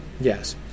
yes